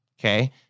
Okay